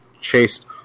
chased